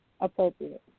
Appropriate